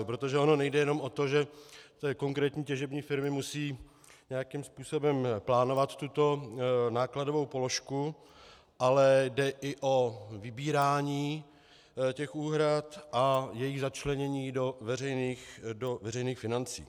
Protože ono nejde jenom o to, že konkrétní těžební firmy musejí nějakým způsobem plánovat tuto nákladovou položku, ale jde i o vybírání těch úhrad a jejich začlenění do veřejných financí.